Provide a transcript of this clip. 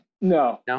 no